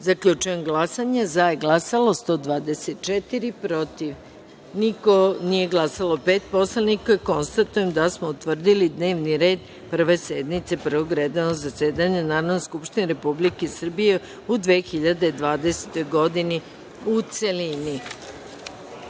celini. Zaključujem glasanje: za – 124, protiv – niko, nije glasalo pet poslanika. Konstatujem da smo utvrdili dnevni red Prve sednice Prvog redovnog zasedanja Narodne skupštine Republike Srbije u 2020. godini, u celini.D